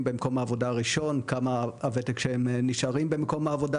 במקום העבודה הראשון מה הוותק כשאר הם נשארים במקום התעסוקה,